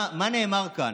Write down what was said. נאמר כאן.